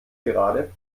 gerade